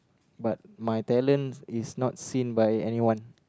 but my talent is not seen by anyone